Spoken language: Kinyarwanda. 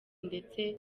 ndetse